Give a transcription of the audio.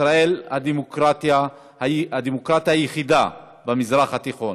ישראל היא הדמוקרטיה היחידה במזרח התיכון,